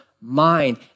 mind